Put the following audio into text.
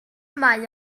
mae